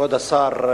כבוד השר,